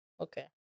Okay